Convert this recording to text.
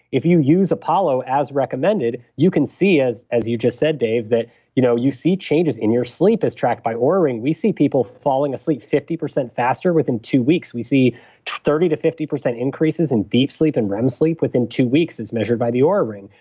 if you use apollo as recommended, you can see, as as you just said, dave, that you know you see changes in your sleep as tracked by oura ring. we see people falling asleep fifty percent faster. within two weeks, we see thirty to fifty increases in deep sleep and rem sleep within two weeks as measured by the oura ring.